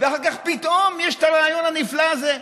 ואחר כך פתאום יש את הרעיון הנפלא הזה,